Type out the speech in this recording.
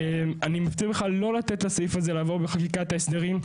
אני מפציר בך לא לתת לסעיף הזה לעבור בחקיקת ההסדרים.